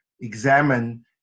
examine